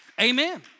Amen